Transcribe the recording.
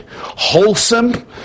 wholesome